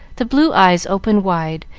the blue eyes opened wide,